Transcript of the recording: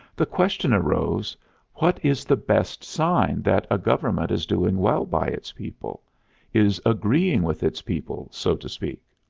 the question arose what is the best sign that a government is doing well by its people is agreeing with its people, so to speak?